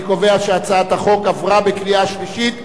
אני קובע שהצעת החוק עברה בקריאה שלישית,